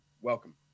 Welcome